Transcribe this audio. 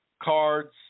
cards